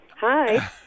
Hi